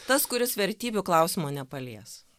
tas kuris vertybių klausimo nepalies